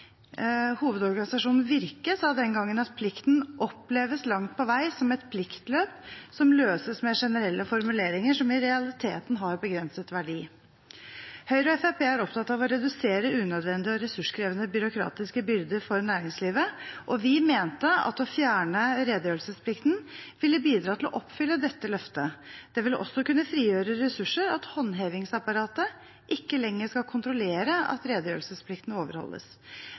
Hovedorganisasjonen Virke sa den gangen at plikten oppleves langt på vei som et pliktløp som løses med generelle formuleringer som i realiteten har begrenset verdi. Høyre og Fremskrittspartiet er opptatt av å redusere unødvendige og ressurskrevende byråkratiske byrder for næringslivet, og vi mente at å fjerne redegjørelsesplikten ville bidra til å oppfylle dette løftet. Det ville også kunne frigjøre ressurser at håndhevingsapparatet ikke lenger skal kontrollere at redegjørelsesplikten overholdes.